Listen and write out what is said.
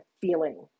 feeling